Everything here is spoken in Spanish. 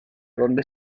donde